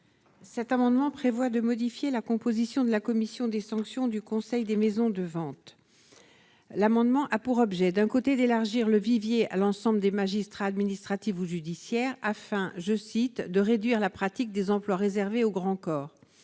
Cet amendement prévoit de modifier la composition de la commission des sanctions du Conseil des maisons de vente, l'amendement a pour objet d'un côté, d'élargir le vivier à l'ensemble des magistrats administrative ou judiciaire afin, je cite, de réduire la pratique des emplois réservés aux grands corps,